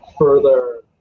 further